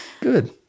good